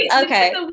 okay